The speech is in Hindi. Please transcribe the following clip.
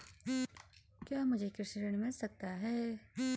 क्या मुझे कृषि ऋण मिल सकता है?